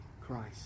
Christ